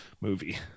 movie